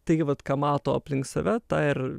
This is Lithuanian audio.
taigi vat ką mato aplink save tą ir